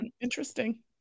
interesting